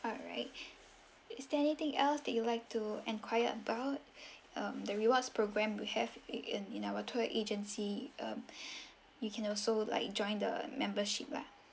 alright is there anything else that you'd like to enquire about um the rewards program we have in our tour agency um you can also like join the membership lah